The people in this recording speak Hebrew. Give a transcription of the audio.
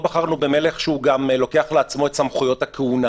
שהוא גם לוקח לעצמו את סמכויות הכהונה